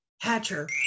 Hatcher